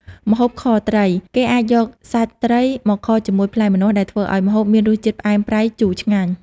ម្ហូបខត្រី គេអាចយកសាច់ត្រីមកខជាមួយផ្លែម្នាស់ ដែលធ្វើឲ្យម្ហូបមានរសជាតិផ្អែម ប្រៃ ជូរឆ្ងាញ់។